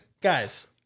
Guys